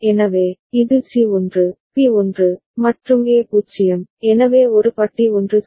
எனவே இது C 1 B 1 மற்றும் ஏ 0 எனவே ஒரு பட்டி 1 சரி